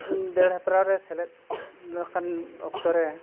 ᱫᱟᱹᱲ ᱦᱮᱯᱨᱟᱣ ᱨᱮ ᱥᱮᱞᱮᱫ ᱞᱮᱠᱷᱟᱱ ᱚᱠᱛᱚ ᱨᱮ